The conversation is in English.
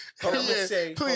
Please